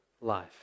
life